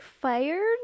fired